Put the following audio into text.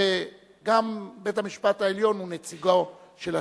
שגם בית-המשפט העליון הוא נציגו של הציבור.